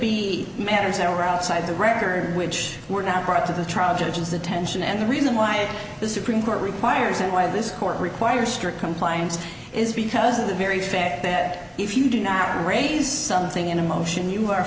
be matters that were outside the record which were not brought to the trial judge's attention and the reason why the supreme court requires and why this court require strict compliance is because of the very fact that if you do not raise something in a motion you are